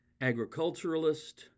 agriculturalist